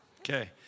Okay